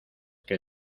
que